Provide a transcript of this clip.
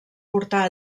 portar